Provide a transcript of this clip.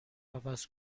عوض